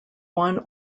one